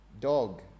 Dog